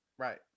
right